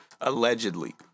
Allegedly